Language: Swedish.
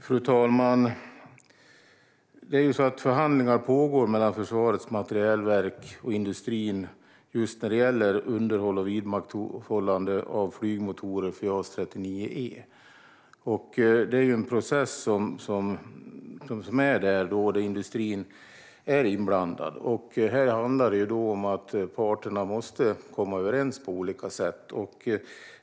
Fru talman! Förhandlingar pågår mellan Försvarets materielverk och industrin just när det gäller underhåll och vidmakthållande av flygmotorer för JAS 39 E. Det är en process där industrin är inblandad. Här handlar det om att parterna måste komma överens på olika sätt.